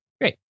Great